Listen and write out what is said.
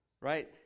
right